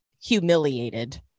humiliated